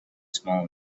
small